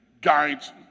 guides